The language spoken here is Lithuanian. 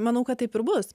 manau kad taip ir bus